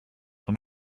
were